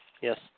Yes